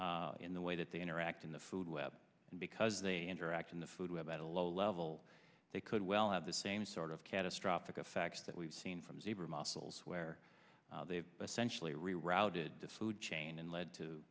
in the way that they interact in the food web and because they interact in the food web at a low level they could well have the same sort of catastrophic effects that we've seen from zebra mussels where they've essentially rerouted the food chain and led